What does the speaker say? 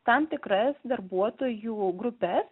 tam tikras darbuotojų grupes